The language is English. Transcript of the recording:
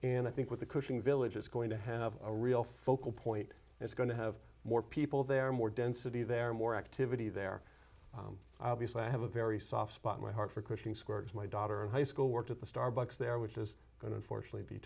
and i think with the cushing village it's going to have a real focal point it's going to have more people there more density there more activity there obviously i have a very soft spot in my heart for crushing scars my daughter in high school worked at the starbucks there which is going to fortunately be